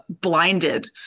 blinded